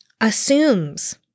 assumes